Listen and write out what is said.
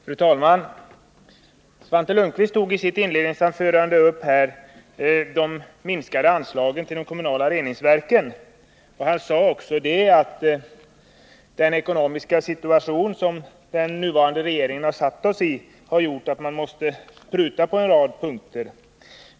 Fru talman! Svante Lundkvist tog i sitt inledningsanförande upp det minskade anslaget till kommunala reningsverk och sade också att den ekonomiska situation som den nuvarande regeringen försatt oss i har gjort att man måste pruta på en rad punkter.